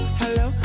hello